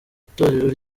itorero